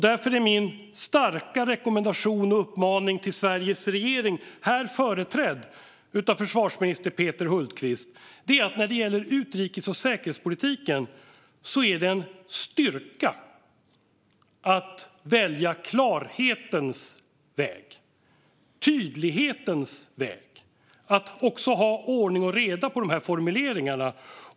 Därför är min starka rekommendation och uppmaning till Sveriges regering, här företrädd av försvarsminister Peter Hultqvist, när det gäller utrikes och säkerhetspolitiken att det är en styrka att välja klarhetens väg och tydlighetens väg och att ha ordning och reda på formuleringarna.